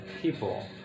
people